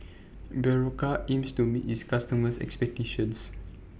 Berocca aims to meet its customers' expectations